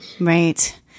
Right